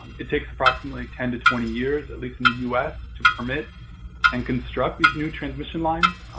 it takes approximately ten to twenty years, at least in the us, to permit and construct these new transmission lines,